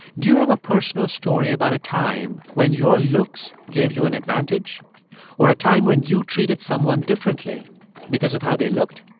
do you have a personal story about a time when your looks gave you an advantage or a time when you treated someone differently because of how they looked?